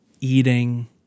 eating